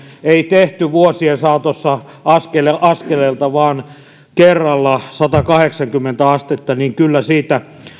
ei tehty vuosien saatossa askel askeleelta vaan kerralla satakahdeksankymmentä astetta kyllä siitä